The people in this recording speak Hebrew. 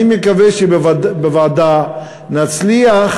אני מקווה שבוועדה נצליח